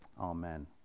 Amen